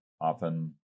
often